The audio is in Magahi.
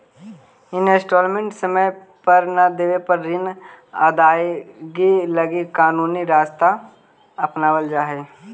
इंस्टॉलमेंट समय पर न देवे पर ऋण अदायगी लगी कानूनी रास्ता अपनावल जा हई